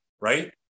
right